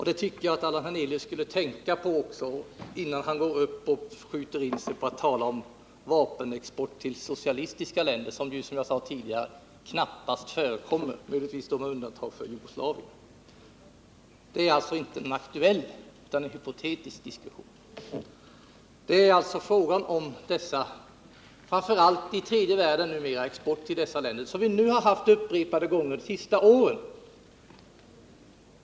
Det tycker jag Allan Hernelius skulle tänka på innan han talar om vapenexport till socialistiska länder, som ju, som jag sade tidigare, knappast förekommer, möjligtvis med undantag för Jugoslavien. Det är alltså inte en aktuell utan en hypotetisk diskussion. Det är alltså fråga om export till länder i tredje världen, vilket skett upprepade gånger det senaste året.